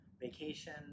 vacation